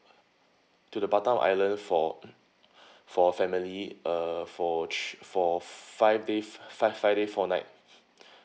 to the batam island for mm for a family uh for thr~ for five day five five day four night